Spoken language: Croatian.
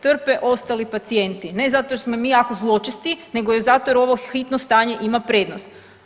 Trpe ostali pacijenti ne zato jer smo mi jako zločesti nego zato jer ovo hitno stanje ima prednost.